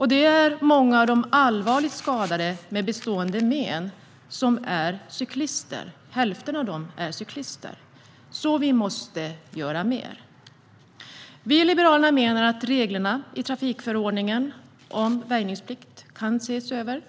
Hälften av de allvarligt skadade med bestående men är cyklister. Vi måste alltså göra mer. Vi i Liberalerna menar att reglerna i trafikförordningen om väjningsplikt kan ses över.